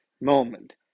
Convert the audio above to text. moment